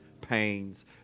pains